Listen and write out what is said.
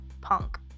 punk